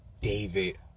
David